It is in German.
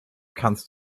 kannst